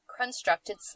constructed